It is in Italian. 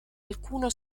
alcuno